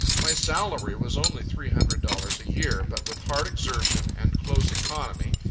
my salary was only three hundred dollars a year but with hard exertion and close economy,